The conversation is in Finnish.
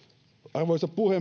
arvoisa